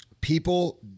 people